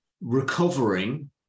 recovering